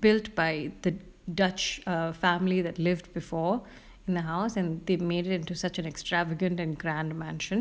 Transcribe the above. built by the dutch err family that lived before in the house and they made it into such an extravagant and grand mansion